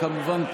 כמובן,